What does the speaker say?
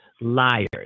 liars